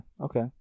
Okay